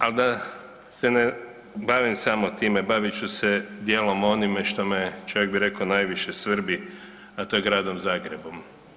Al da se ne bavim samo time, bavit ću se dijelom onime što me, čak bi rekao, najviše svrbi, a to je Gradom Zagrebom.